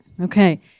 Okay